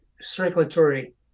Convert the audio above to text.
circulatory